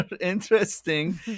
interesting